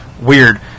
weird